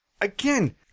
again